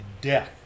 death